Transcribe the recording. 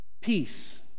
peace